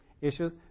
issues